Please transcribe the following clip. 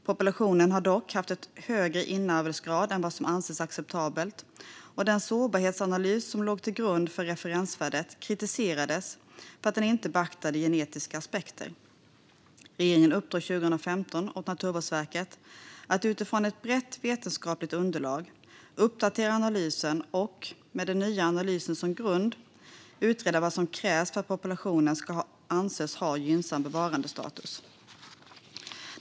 Populationen har dock haft en högre inavelsgrad än vad som anses acceptabelt, och den sårbarhetsanalys som låg till grund för referensvärdet kritiserades för att inte beakta genetiska aspekter. Regeringen uppdrog 2015 åt Naturvårdsverket att utifrån ett brett vetenskapligt underlag uppdatera analysen och, med den nya analysen som grund, utreda vad som krävs för att populationen ska anses ha gynnsam bevarandestatus.